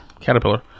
Caterpillar